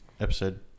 episode